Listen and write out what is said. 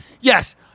Yes